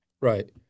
Right